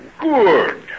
Good